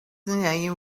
name